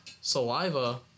saliva